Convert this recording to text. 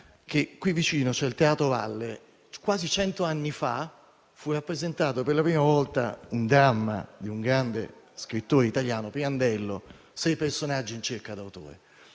che qui vicino c'è il teatro Valle, dove, quasi cento anni fa, fu rappresentato per la prima volta un dramma di un grande scrittore italiano: "Sei personaggi in cerca d'autore"